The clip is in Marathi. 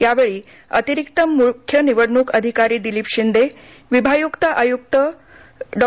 यावेळी अतिरिक्त मुख्य निवडणूक अधिकारी दिलीप शिंदे विभागीय आयुक्त डॉ